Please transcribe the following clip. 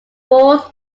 fourth